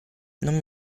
non